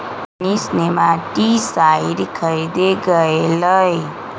Manish nematicide खरीदे गय लय